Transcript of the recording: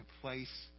place